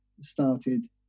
started